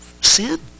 Sin